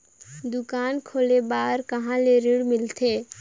दुकान खोले बार कहा ले ऋण मिलथे?